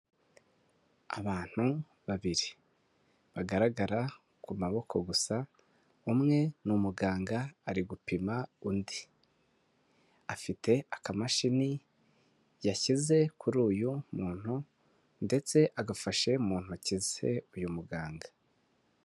Abantu babiri bagaragara ku maboko gusa umwe n’ umuganga ari gupima undi afite akamashini yashyize kuri uyu muntu ndetse agafashe mu ntoki ze uyu muganga.